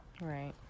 right